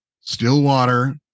Stillwater